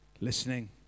listening